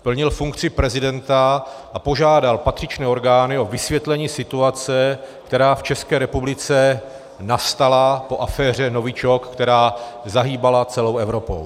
Plnil funkci prezidenta a požádal patřičné orgány o vysvětlení situace, která v České republice nastala po aféře novičok, která zahýbala celou Evropou.